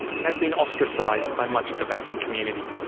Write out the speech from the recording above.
and has been ostracised by much of the banking community.